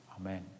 Amen